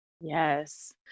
yes